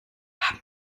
haben